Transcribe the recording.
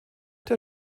der